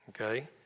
Okay